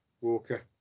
Walker